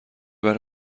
برای